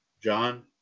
John